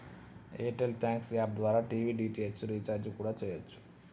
air tell thanks app ద్వారా TV DTH recharge కూడా చెయ్యచ్చు